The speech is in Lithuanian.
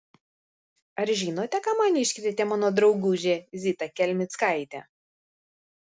ar žinote ką man iškrėtė mano draugužė zita kelmickaitė